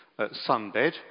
sunbed